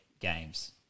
games